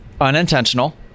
Unintentional